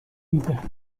دیده